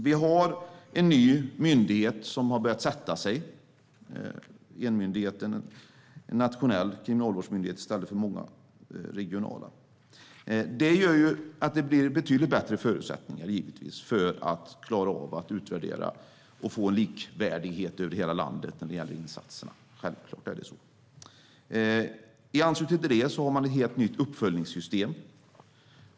Vi har en ny myndighet som har börjat sätta sig, en nationell kriminalvårdsmyndighet i stället för många regionala. Det gör att det givetvis blir betydligt bättre förutsättningar för att klara av att utvärdera och få likvärdighet över hela landet när det gäller insatserna. Självklart är det så. I anslutning till det har man ett helt nytt uppföljningssystem.